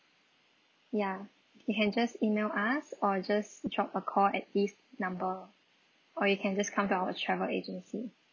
ya you can just email us or just drop a call at this number or you can just come to our travel agency